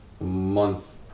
month